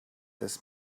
this